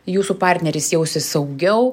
jūsų partneris jausis saugiau